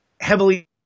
heavily